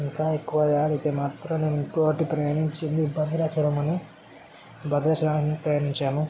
ఇంకా ఎక్కువగా అడిగితే మాత్రం నేను ఇంకోకటి ప్రయాణించింది భద్రాచలం అని భద్రాచలంకని ప్రయాణించాము